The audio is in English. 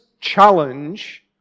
challenge